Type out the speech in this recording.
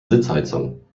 sitzheizung